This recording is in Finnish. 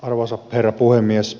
arvoisa herra puhemies